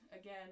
again